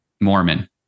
Mormon